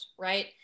right